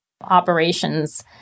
operations